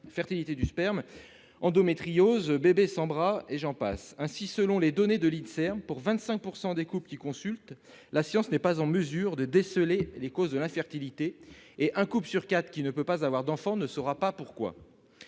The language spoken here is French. fertilité du sperme, endométriose, bébés sans bras, et j'en passe ! Ainsi, selon les données de l'Inserm, pour 25 % des couples qui consultent, la science n'est pas en mesure de déceler les causes de l'infertilité. Un couple sur quatre qui ne peut pas avoir d'enfant ne saura pas pourquoi